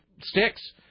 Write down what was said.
sticks